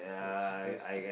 that's that's